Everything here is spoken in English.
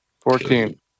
Fourteen